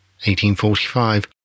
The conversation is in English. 1845